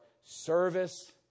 service